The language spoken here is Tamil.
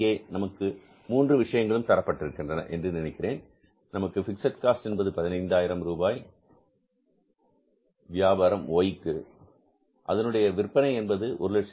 இங்கே நமக்கு 3 விஷயங்களும் தரப்பட்டிருக்கின்றன என்று நினைக்கிறேன் நமக்கு பிக்ஸட் காஸ்ட் என்பது 15000 என்பது வியாபாரம் Y அதனுடைய விற்பனை என்பது 150000